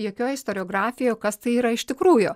jokioj istoriografijoj kas tai yra iš tikrųjų